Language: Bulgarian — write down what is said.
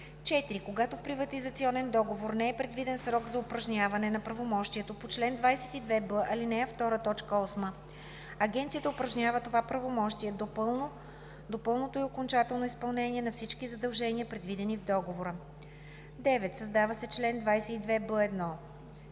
(4) Когато в приватизационен договор не е предвиден срок за упражняване на правомощието по чл. 22б, ал. 2, т. 8, Агенцията упражнява това правомощие до пълното и окончателно изпълнение на всички задължения, предвидени в договора.“ 9. Създава се чл. 22б1: